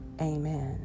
Amen